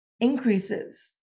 increases